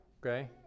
Okay